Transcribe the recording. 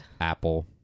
Apple